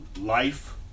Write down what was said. life